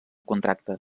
contracte